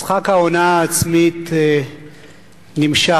משחק ההונאה העצמית נמשך.